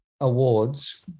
awards